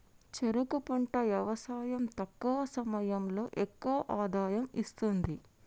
చెరుకు పంట యవసాయం తక్కువ సమయంలో ఎక్కువ ఆదాయం ఇస్తుంది